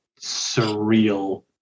surreal